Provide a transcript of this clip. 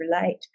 relate